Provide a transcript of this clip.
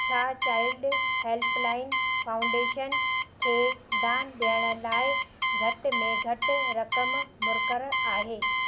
छा child helpline foundation खे दान ॾियण लाइ का घटि में घटि रक़म मुक़ररु आहे